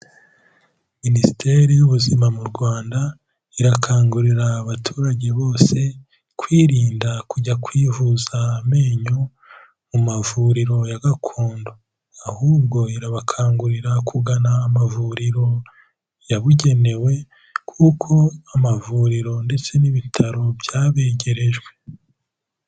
Minisiteri y'ubuzima mu Rwanda, irakangurira abaturage bose kwirinda kujya kwivuza amenyo mu mavuriro ya gakondo ahubwo irabakangurira kugana amavuriro yabugenewe kuko amavuriro ndetse n'ibitaro byabegerejwe.